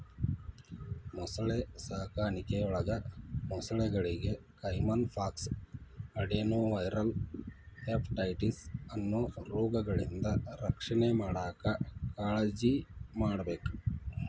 ಮೊಸಳೆ ಸಾಕಾಣಿಕೆಯೊಳಗ ಮೊಸಳೆಗಳಿಗೆ ಕೈಮನ್ ಪಾಕ್ಸ್, ಅಡೆನೊವೈರಲ್ ಹೆಪಟೈಟಿಸ್ ಅನ್ನೋ ರೋಗಗಳಿಂದ ರಕ್ಷಣೆ ಮಾಡಾಕ್ ಕಾಳಜಿಮಾಡ್ಬೇಕ್